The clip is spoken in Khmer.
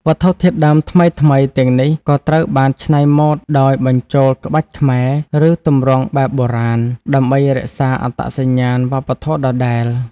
វត្ថុធាតុដើមថ្មីៗទាំងនេះក៏ត្រូវបានច្នៃម៉ូដដោយបញ្ចូលក្បាច់ខ្មែរ ឬទម្រង់បែបបុរាណ ដើម្បីរក្សាអត្តសញ្ញាណវប្បធម៌ដដែល។